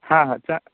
हां हां च